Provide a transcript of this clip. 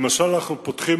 למשל אנחנו פותחים,